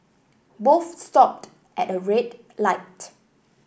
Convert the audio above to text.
both stopped at a red light